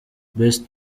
best